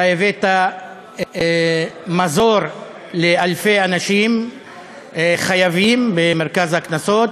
אתה הבאת מזור לאלפי אנשים חייבים במרכז הקנסות.